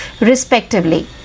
respectively